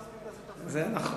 רציתי לשאול,